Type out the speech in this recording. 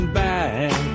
back